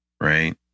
right